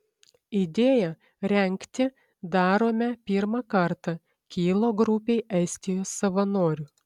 idėja rengti darome pirmą kartą kilo grupei estijos savanorių